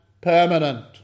permanent